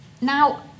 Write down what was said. Now